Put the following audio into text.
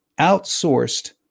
outsourced